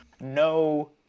no